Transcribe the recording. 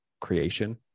creation